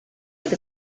with